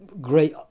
great